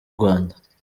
rwanda